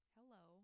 Hello